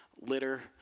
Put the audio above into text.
litter